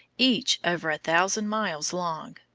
each over a thousand miles long,